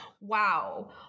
wow